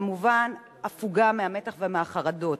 כמובן, הפוגה מהמתח ומהחרדות.